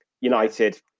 United